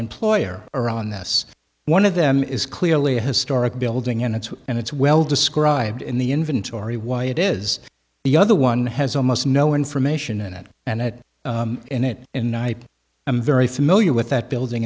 employer or on this one of them is clearly a historic building and it's and it's well described in the inventory why it is the other one has almost no information in it and that in it in night i'm very familiar with that building